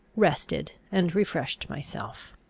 rested and refreshed myself.